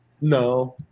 No